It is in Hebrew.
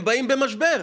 הם באים במשבר.